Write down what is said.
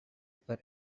for